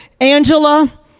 Angela